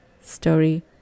story